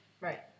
right